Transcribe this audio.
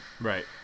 Right